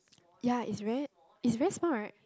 ya is very is very small right